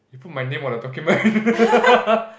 he put my name on the document